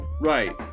Right